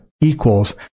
equals